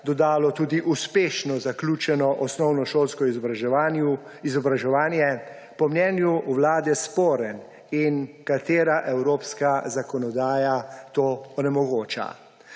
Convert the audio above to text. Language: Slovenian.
dodalo tudi uspešno zaključeno osnovnošolsko izobraževanje. Po mnenju Vlade je sporen in katera evropska zakonodaja to onemogoča.